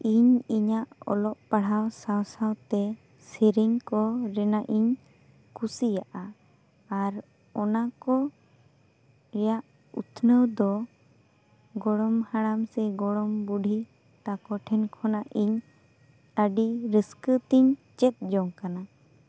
ᱤᱧ ᱤᱧᱟᱹᱜ ᱚᱞᱚᱜ ᱯᱟᱲᱦᱟᱜ ᱥᱟᱶ ᱥᱟᱶᱛᱮ ᱥᱮᱨᱮᱧ ᱠᱚ ᱨᱤᱱᱟᱜ ᱤᱧ ᱠᱩᱥᱤᱭᱟᱜᱼᱟ ᱟᱨ ᱚᱱᱟ ᱠᱚ ᱨᱮᱭᱟᱜ ᱩᱛᱱᱟᱹᱣ ᱫᱚ ᱜᱚᱲᱚᱢ ᱦᱟᱲᱟᱢ ᱥᱮ ᱜᱚᱲᱚᱢ ᱵᱩᱰᱦᱤ ᱠᱚᱴᱷᱮᱱ ᱠᱷᱚᱱᱟᱜ ᱤᱧ ᱟᱹᱰᱤ ᱨᱟᱹᱥᱠᱟᱹ ᱛᱤᱧ ᱪᱮᱫ ᱡᱚᱝ ᱟᱠᱟᱱᱟ